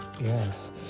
Yes